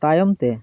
ᱛᱟᱭᱚᱢᱛᱮ